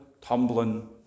tumbling